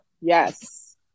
Yes